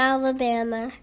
Alabama